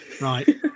right